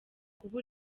kuba